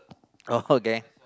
oh okay